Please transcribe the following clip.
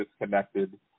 disconnected